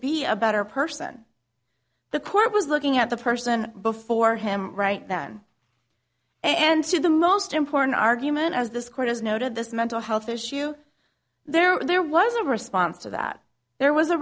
be a better person the court was looking at the person before him right then and to the most important argument as this court has noted this mental health issue there are there was a response to that there was a